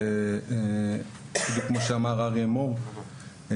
כמו שאמר אריה מור,